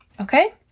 okay